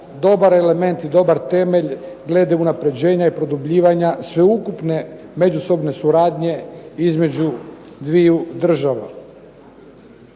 dobar element i dobar temelj glede unapređenja i produbljivanja sveukupne međusobne suradnje između dviju država.